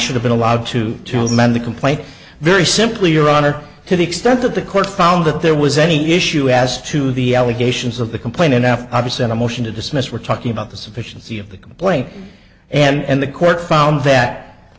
should have been allowed to to amend the complaint very simply your honor to the extent of the court found that there was any issue as to the allegations of the complaint and now obvious in a motion to dismiss we're talking about the sufficiency of the complaint and the court found that